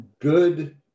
good